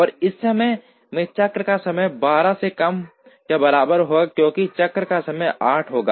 और इस समय में चक्र का समय 12 से कम या बराबर होगा क्योंकि चक्र का समय 8 होगा